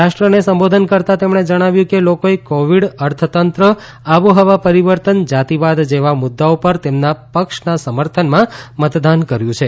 રાષ્ટ્રને સંબોધન કરતાં તેમણે જણાવ્યું કે લોકોએ કોવિડ અર્થતંત્ર આબોહવા પરિવર્તન જાતિવાદ જેવા મુદ્દાઓ પર તેમના પક્ષના સમર્થનમાં મતદાન કર્યૂં છે